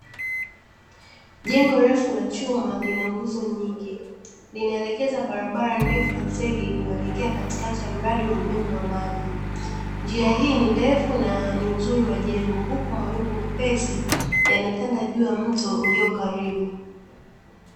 Jengo refu la chuma lina nguzo nyingi, linaelekeza barabara ndefu ya zege inayoelekea katikati ya mradi wa umeme wa maji, njia hii ni ndefu na ni uzuri wa jengo, huku mawingu mepesi yanatanda juu ya mto uliokaribu.